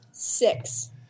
Six